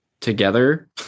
together